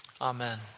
Amen